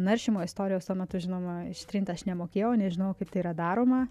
naršymo istorijos tuo metu žinoma ištrinti aš nemokėjau nežinojau kaip tai yra daroma